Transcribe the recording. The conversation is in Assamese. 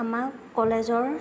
আমাক কলেজৰ